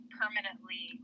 permanently